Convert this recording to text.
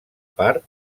part